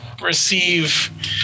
receive